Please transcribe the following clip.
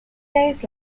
days